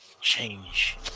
change